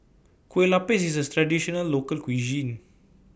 Kueh Lupis IS A Traditional Local Cuisine